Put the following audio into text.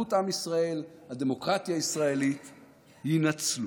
אחדות עם ישראל והדמוקרטיה הישראלית יינצלו.